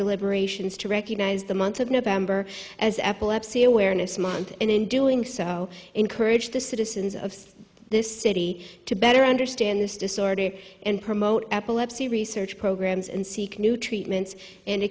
deliberations to recognize the month of november as epilepsy awareness month and in doing so encourage the citizens of this city to better understand this disorder and promote epilepsy research programs and seek new treatments and